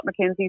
McKenzie